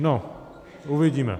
No, uvidíme.